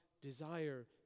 desire